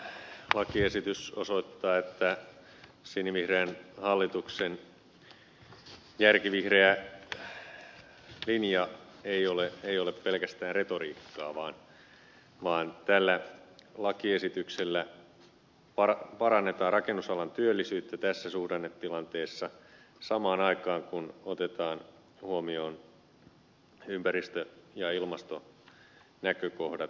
tämä lakiesitys osoittaa että sinivihreän hallituksen järkivihreä linja ei ole pelkästään retoriikkaa vaan tällä lakiesityksellä parannetaan rakennusalan työllisyyttä tässä suhdannetilanteessa samaan aikaan kun otetaan huomioon ympäristö ja ilmastonäkökohdat